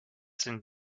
sind